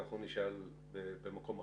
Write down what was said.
אנחנו נשאל במקום אחר.